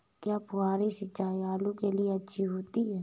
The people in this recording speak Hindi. क्या फुहारी सिंचाई आलू के लिए अच्छी होती है?